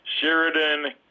Sheridan